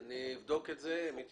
אני אבדוק את זה, הם יתייחסו.